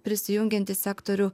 prisijungiant į sektorių